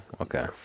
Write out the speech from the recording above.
Okay